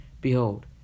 Behold